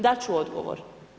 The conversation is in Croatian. Dat ću odgovor.